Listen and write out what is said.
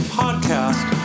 podcast